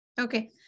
Okay